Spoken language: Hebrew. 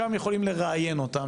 שם יכולים לראיין אותן,